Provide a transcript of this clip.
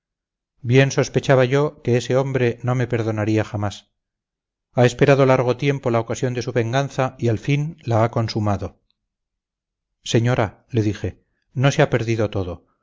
lágrimas bien sospechaba yo que ese hombre no me perdonaría jamás ha esperado largo tiempo la ocasión de su venganza y al fin la ha consumado señora le dije no se ha perdido todo